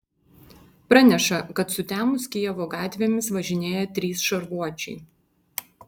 praneša kad sutemus kijevo gatvėmis važinėja trys šarvuočiai